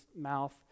mouth